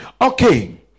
Okay